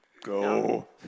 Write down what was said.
go